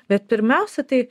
bet pirmiausia tai